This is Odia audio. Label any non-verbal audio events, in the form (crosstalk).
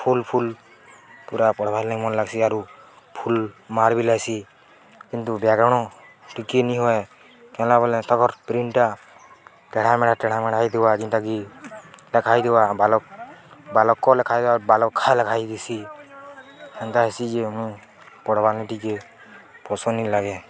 ଫୁଲ୍ ଫୁଲ୍ ପୁରା ପଢ଼୍ବାର୍ ମନ ଲାଗ୍ସି ଆରୁ ଫୁଲ୍ ମାର୍ବିଲ ହେସି କିନ୍ତୁ (unintelligible) ଟିକେ ନି ହୁଏ ହେନ୍ଲା ବୋଲେ ତାକର ପ୍ରିଣ୍ଟ୍ଟା ଟେଢ଼ା ମେଢ଼ା ଟେଢ଼ା ମେଢ଼ା ହେଇଦବା ଯେନ୍ତାକି ଲେଖା ହେଇଥିବା ବାଲକ୍ ବାଲକ୍ କ ଲେଖାାଇଦବା ବାଲକ୍ ଖା ଲେଖା ହେଥିସି ହେନ୍ତା ହେଇସି ଯେ ମୁଁ ପଢ଼୍ବାର୍ ନି ଟିକେ ପସନ୍ଦ ଲାଗେ